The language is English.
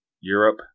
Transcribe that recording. Europe